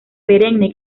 perenne